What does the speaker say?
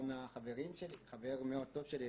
גם חבר מאוד טוב שלי,